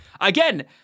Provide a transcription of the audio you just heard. again